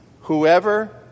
Whoever